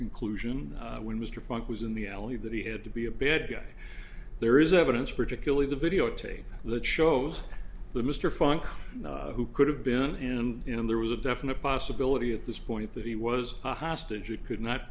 conclusion when mr funk was in the alley that he had to be a big there is evidence particularly the videotape that shows the mr funk who could have been in there was a definite possibility at this point that he was a hostage it could not